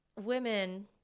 women